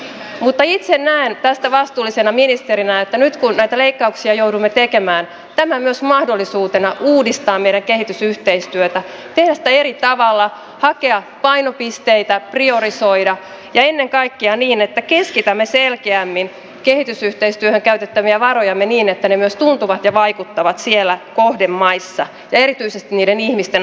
mutta itse näen tämän tästä vastuullisena ministerinä nyt kun näitä leikkauksia joudumme tekemään myös mahdollisuutena uudistaa meidän kehitysyhteistyötämme tehdä sitä eri tavalla hakea painopisteitä priorisoida ja ennen kaikkea tehdä sitä niin että keskitämme selkeämmin kehitysyhteistyöhön käytettäviä varojamme niin että ne myös tuntuvat ja vaikuttavat siellä kohdemaissa ja erityisesti niiden ihmisten arjessa